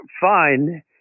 fine